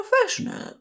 professional